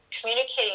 communicating